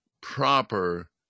proper